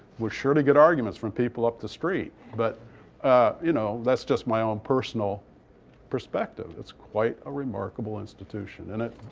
we're sure to get arguments from people up the street. but you know that's just my own personal perspective. it's quite a remarkable institution. and it